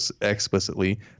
explicitly